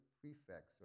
prefects